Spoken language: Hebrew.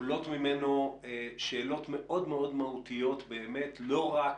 עולות ממנו שאלות מאוד מאוד מהותיות, לא רק